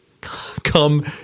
come